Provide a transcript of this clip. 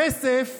כס"ף